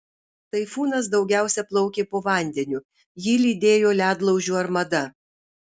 taifūnas daugiausia plaukė po vandeniu jį lydėjo ledlaužių armada